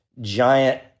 giant